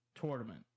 Tournament